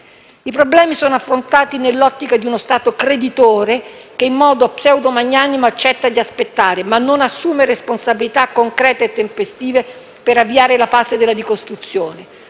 I problemi sono affrontati nell'ottica di uno Stato creditore, che in modo pseudo magnanimo accetta di aspettare, ma non assume responsabilità concrete e tempestive per avviare la fase della ricostruzione.